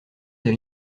des